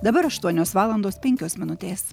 dabar aštuonios valandos penkios minutės